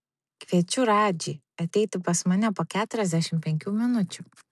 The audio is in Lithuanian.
kviečiu radžį ateiti pas mane po keturiasdešimt penkių minučių